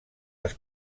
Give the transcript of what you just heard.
les